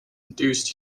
induced